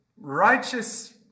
righteous